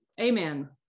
amen